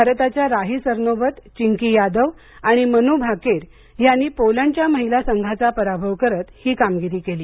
भारतच्या राही सरनोबत चिंकी यादव आणि मनू भाकेर यांनी पोलंडच्या महिला संघाचा पराभव करत ही कामगिरी केली